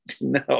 No